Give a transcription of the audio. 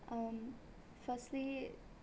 um firstly